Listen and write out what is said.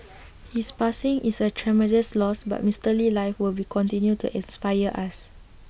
his passing is A tremendous loss but Mister Lee's life will be continue to inspire us